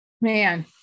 man